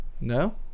No